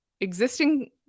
existing